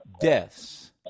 deaths